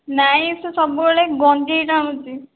ନାଇଁ ସେ ସବୁବେଳେ ଗଞ୍ଜେଇ ଟାଣୁଛି